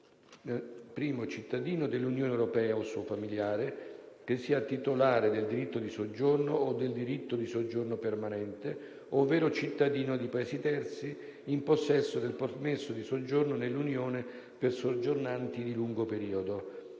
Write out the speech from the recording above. cittadino dell'Unione europea o suo familiare che sia titolare del diritto di soggiorno o del diritto di soggiorno permanente, ovvero cittadino di Paesi terzi in possesso del permesso di soggiorno nell'Unione per soggiornanti di lungo periodo;